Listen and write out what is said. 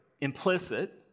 implicit